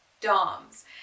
DOMS